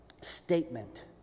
statement